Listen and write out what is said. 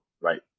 Right